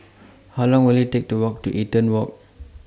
How Long Will IT Take to Walk to Eaton Walk